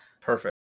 Perfect